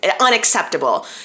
unacceptable